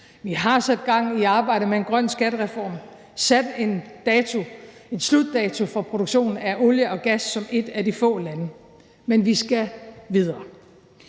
Vi har sat gang i arbejdet med en grøn skattereform, sat en dato, en slutdato for produktionen af olie og gas – som et af de få lande. Men vi skal videre.